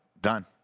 Done